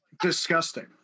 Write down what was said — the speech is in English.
disgusting